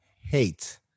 hate